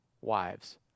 wives